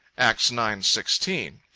acts nine sixteen.